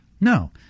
No